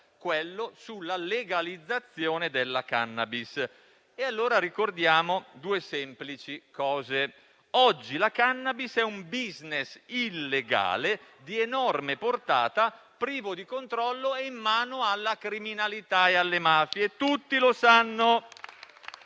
quello sulla legalizzazione della *cannabis*. Ricordiamo, allora, due semplici cose: oggi la *cannabis* è un *business* illegale di enorme portata, privo di controllo e in mano alla criminalità e alle mafie. Tutti lo sanno.